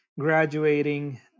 Graduating